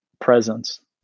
presence